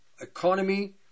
economy